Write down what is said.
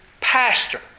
pastor